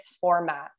format